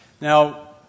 now